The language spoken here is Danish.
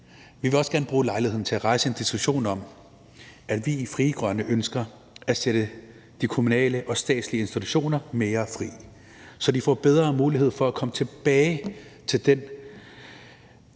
vi vil også gerne bruge lejligheden til at rejse en diskussion: Vi i Frie Grønne ønsker at sætte de kommunale og statslige institutioner mere fri, så de får bedre mulighed for at komme tilbage til den